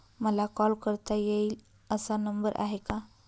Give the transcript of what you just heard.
मला कॉल करता येईल असा नंबर आहे का?